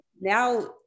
now